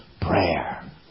prayer